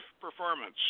performance